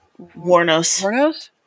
Warnos